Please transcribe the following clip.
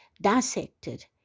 dissected